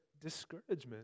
discouragement